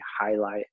highlight